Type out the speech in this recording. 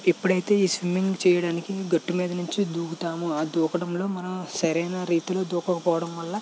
ఎప్పుడైతే ఈ స్విమ్మింగ్ చేయడానికి గట్టుమీద నుంచే దూకుతామో ఆ దూకడంలో మనం సరైన రీతిలో దూకపోవడం వల్ల